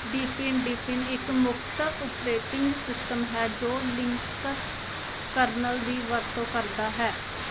Deepin Deepin ਇੱਕ ਮੁਫ਼ਤ operating system ਹੈ ਜੋ ਲੀਨਕਸ ਕਰਨਲ ਦੀ ਵਰਤੋਂ ਕਰਦਾ ਹੈ